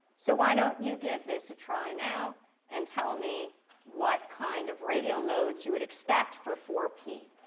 so why don't you give this a try now and tell me what kind of radial nodes you would expect for four p.